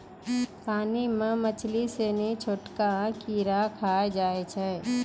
पानी मे मछली सिनी छोटका कीड़ा खाय जाय छै